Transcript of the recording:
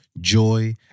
joy